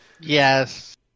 yes